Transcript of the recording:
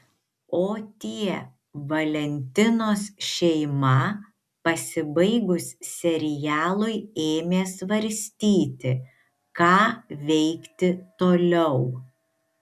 o tie valentinos šeima pasibaigus serialui ėmė svarstyti ką veikti toliau